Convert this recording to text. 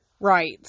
rights